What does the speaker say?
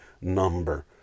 number